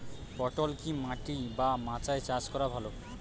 পটল কি মাটি বা মাচায় চাষ করা ভালো?